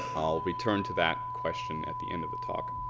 i'll return to that question at the end of the talk.